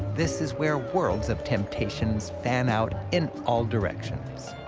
this is where worlds of temptations fan out in all directions.